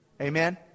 Amen